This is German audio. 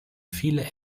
viele